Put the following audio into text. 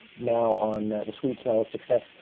now on the sweet smell of success.